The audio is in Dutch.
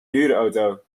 huurauto